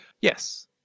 Yes